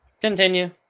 Continue